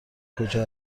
کجا